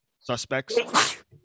suspects